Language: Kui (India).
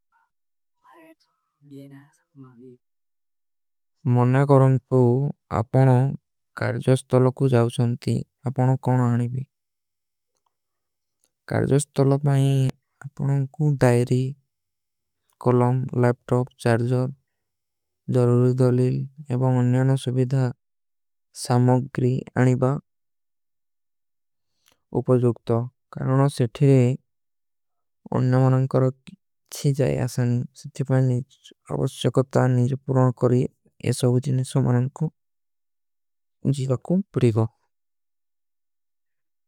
ମନ୍ଯା କରଣ ପୂ ଆପନା କର୍ଜୋସ ତଲଗ। କୋ ଜାଉଚନତୀ ଆପନା କୌନ ଆନିଭୀ କର୍ଜୋସ। ତଲଗ ମାଈ ଆପନା କୋ ଦାଈରୀ କୌଲମ ଲୈପ୍ଟପ। ଚାର୍ଜର ଜରୂରିଦଲୀ ଏବା ଅନ୍ଯାନ ସୁଵିଧା ସାମଗରୀ। ଆନିଭା ଉପଜୋଗତା। କର୍ଜୋସ ତଲଗ ମାଈ ଆନିଭୀ।